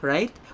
Right